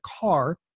car